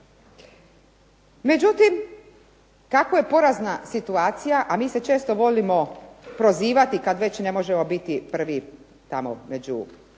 Međutim, kako je porazna situacija, a mi se često volimo prozivati kad već ne možemo biti prvi tamo među